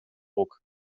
ruck